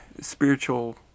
spiritual